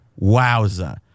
wowza